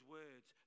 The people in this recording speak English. words